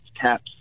caps